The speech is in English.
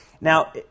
Now